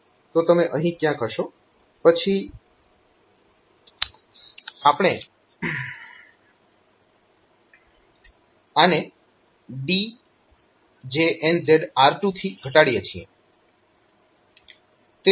તો તમે અહીં ક્યાંક હશો તે પછી આપણે આને DJNZ R2 થી ઘટાડીએ છીએ